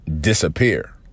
disappear